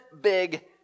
big